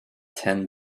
ten